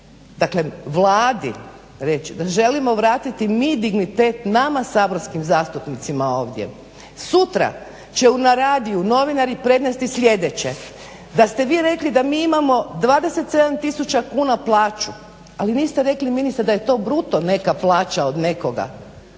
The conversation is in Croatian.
dakle Vladi reći, želimo vratiti mi dignitet nama saborskim zastupnicima ovdje. Sutra će na radiju novinari prenesti sljedeće: da ste vi rekli da mi imamo 27000 kuna plaću, ali niste rekli ministre da je to bruto neka plaća od nekoga.